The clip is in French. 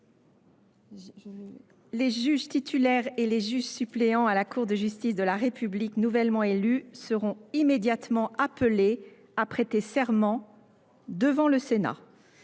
Les juges titulaires et les juges suppléants à la Cour de justice de la République nouvellement élus seront immédiatement appelés à prêter serment devant le Sénat.